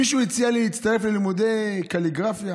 מישהו הציע לי להצטרף ללימודי קליגרפיה,